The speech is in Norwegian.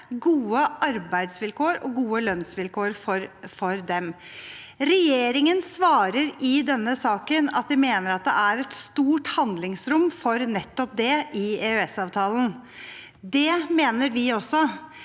gode arbeidsvilkår og gode lønnsvilkår for dem. Regjeringen svarer i denne saken at de mener det er et stort handlingsrom for nettopp det i EØS-avtalen. Det mener vi også,